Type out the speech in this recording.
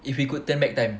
if you could turn back time